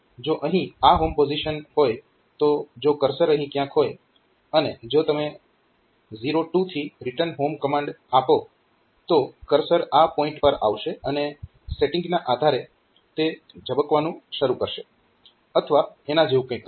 જો અહીં આ હોમ પોઝીશન હોય તો જો કર્સર અહીં ક્યાંક હોય અને જો તમે 02 થી રીટર્ન હોમ કમાન્ડ આપો તો કર્સર આ પોઇન્ટ પર આવશે અને સેટીંગના આધારે તે ઝબકવાનું શરૂ કરશે અથવા એના જેવું કંઈક કરશે